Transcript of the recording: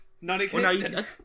non-existent